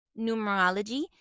numerology